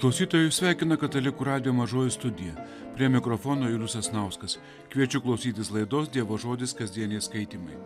klausytojai jus sveikina katalikų radijo mažoji studija prie mikrofono julius sasnauskas kviečiu klausytis laidos dievo žodis kasdieniai skaitymai